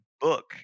book